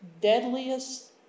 deadliest